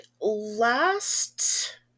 last